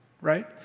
Right